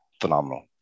phenomenal